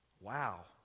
Wow